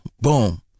Boom